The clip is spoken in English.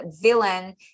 villain